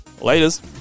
Laters